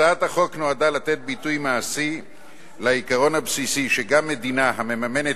הצעת החוק נועדה לתת ביטוי מעשי לעיקרון הבסיסי שגם מדינה המממנת